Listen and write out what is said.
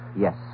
Yes